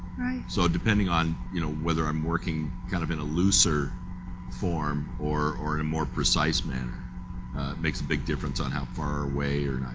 so depending on, you know, whether i'm working kind of in a looser form or or in a more precise manner makes a big difference on how far away or not